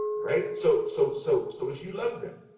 right? so so so so if you love them,